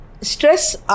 Stress